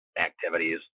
activities